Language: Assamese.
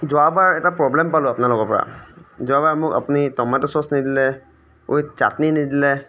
যোৱাবাৰ এটা প্ৰব্লেম পালোঁ আপোনালোক পৱা যোৱাবাৰ মোক আপুনি ট'মেট' চ'ছ নিদিলে উইথ চাট্নি নিদিলে